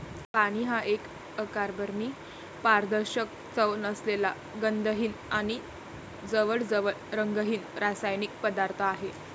पाणी हा एक अकार्बनी, पारदर्शक, चव नसलेला, गंधहीन आणि जवळजवळ रंगहीन रासायनिक पदार्थ आहे